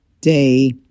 day